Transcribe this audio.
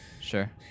Sure